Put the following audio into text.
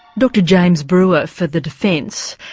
dr james brewer for the defence.